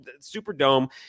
Superdome